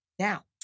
Now